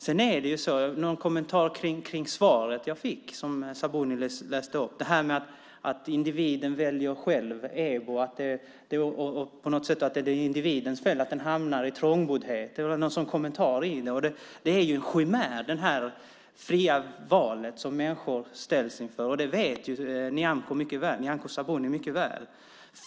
Sedan har jag en kommentar till svaret som jag fick och som Sabuni läste upp. Det gäller detta med att individen väljer själv, EBO, och att det på något sätt är individens fel att man hamnar i trångboddhet. Det fanns någon sådan kommentar. Det fria valet som människor ställs inför är en chimär. Det vet Nyamko Sabuni mycket väl.